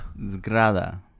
Zgrada